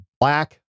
Black